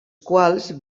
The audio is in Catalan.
quals